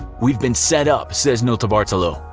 we've been set up, says notarbartolo.